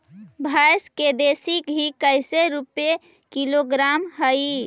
भैंस के देसी घी कैसे रूपये किलोग्राम हई?